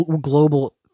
global